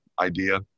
idea